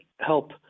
help